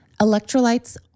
Electrolytes